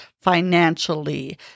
financially